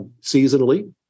seasonally